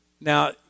Now